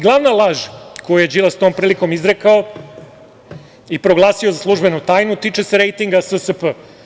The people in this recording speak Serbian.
Glavna laž koju je Đilas tom prilikom izrekao i proglasio za službenu tajnu tiče se rejtinga SSP.